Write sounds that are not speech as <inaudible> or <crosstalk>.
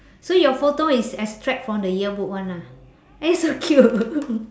<breath> so your photo is extract from the yearbook [one] ah eh so cute <laughs>